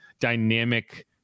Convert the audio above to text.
dynamic